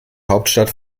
hauptstadt